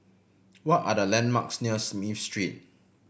what are the landmarks near Smith Street